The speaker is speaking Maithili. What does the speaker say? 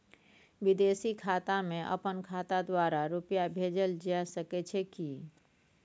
विदेशी खाता में अपन खाता द्वारा रुपिया भेजल जे सके छै की?